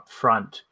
upfront